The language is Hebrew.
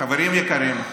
חברים יקרים,